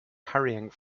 hurrying